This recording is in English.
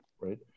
right